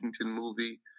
movie